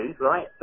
right